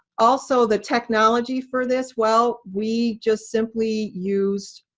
also the technology for this. well, we just simply used